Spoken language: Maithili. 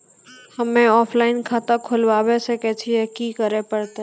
हम्मे ऑफलाइन खाता खोलबावे सकय छियै, की करे परतै?